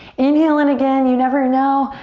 inhale in again. you never know,